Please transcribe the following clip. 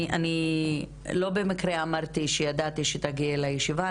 לא במקרה אמרתי שידעתי שתגיעי לישיבה.